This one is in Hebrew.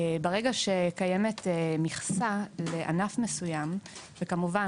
ברגע שקיימת מכסה לענף מסוים וכמובן,